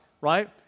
right